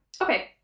Okay